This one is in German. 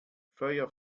feuer